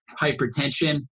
hypertension